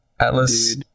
Atlas